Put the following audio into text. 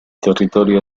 territorio